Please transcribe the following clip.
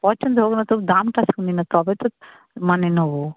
পছন্দ হোক না তবু দামটা শুনি না তবে তো মানে নেব